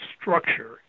structure